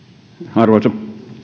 arvoisa